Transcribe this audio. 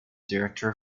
director